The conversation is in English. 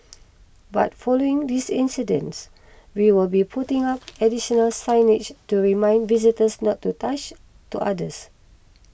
but following this incidents we will be putting up additional signage to remind visitors not to touch to otters